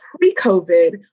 pre-COVID